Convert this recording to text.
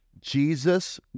Jesus